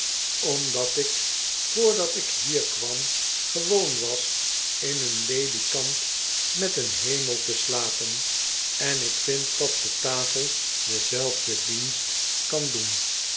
omdat ik voordat ik hier kwam gewoon was in een ledikant met een hemel te slapen en ik vind dat de tafel denzelfden dienst kan doen